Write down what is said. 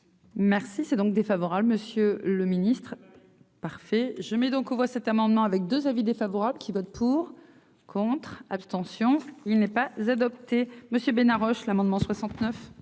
Merci, c'est donc défavorable, monsieur le Ministre. Parfait, je mets donc aux voix cet amendement avec 2 avis défavorables qui votent pour, contre, abstention, il n'est pas adopté Monsieur Bénard Roche l'amendement 69.